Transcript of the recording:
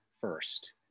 first